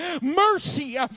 mercy